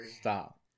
Stop